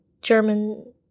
German